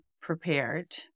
prepared